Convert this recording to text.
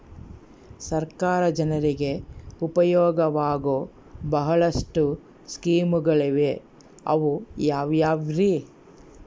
ಸರ್ಕಾರ ಜನರಿಗೆ ಉಪಯೋಗವಾಗೋ ಬಹಳಷ್ಟು ಸ್ಕೇಮುಗಳಿವೆ ಅವು ಯಾವ್ಯಾವ್ರಿ?